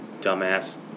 dumbass